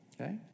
okay